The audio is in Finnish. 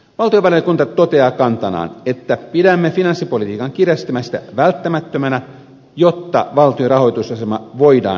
valtiovarainvaliokunta toteaa kantanaan että pidämme finanssipolitiikan kiristämistä välttämättömänä jotta valtion rahoitusasema voidaan turvata